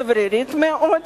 השברירית מאוד,